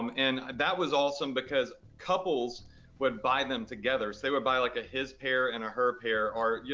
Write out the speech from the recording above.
um and that was awesome because couples would buy them together. they would buy like a his pair and a her pair, or, you